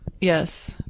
Yes